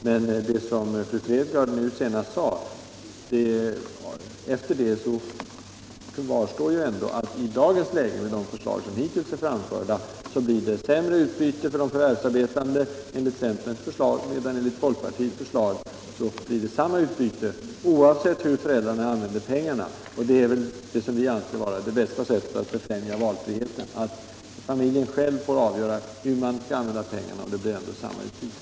Men efter vad fru Fredgardh sade senast kvarstår att i dagens läge och med de förslag som hittills är framförda, blir det sämre utbyte för de förvärvsarbetande enligt centerns förslag, medan det enligt folkpartiets förslag blir samma utbyte oavsett hur föräldrarna använder pengarna. Och det är det som vi anser vara det bästa sättet att befrämja valfriheten, alltså att familjen själv får avgöra hur man skall använda pengarna och det ändå blir samma utbyte.